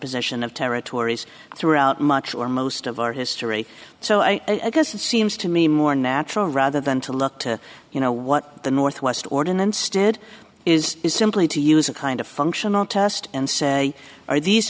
position of territories throughout much or most of our history so i guess it seems to me more natural rather than to luck to you know what the northwest ordinance did is is simply to use a kind of functional test and say are these